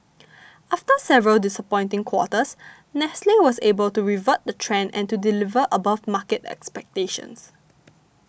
after several disappointing quarters Nestle was able to revert the trend and to deliver above market expectations